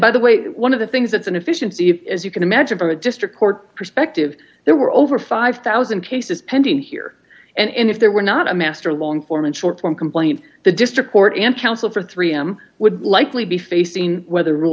by the way one of the things that's inefficient the as you can imagine from a district court perspective there were over five thousand cases pending here and if there were not a master long form and short one complaint the district court and counsel for three m would likely be facing whether r